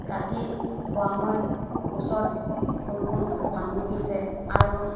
ৰাতি শোৱাৰ সময়ত ওচৰত কোন কোন মানুহ বহিছে আৰু